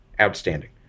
outstanding